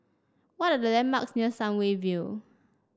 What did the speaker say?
what are the landmarks near Sunview View